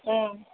औ